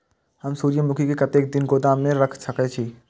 हम सूर्यमुखी के कतेक दिन गोदाम में रख सके छिए?